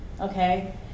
Okay